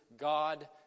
God